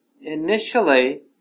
initially